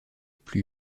plus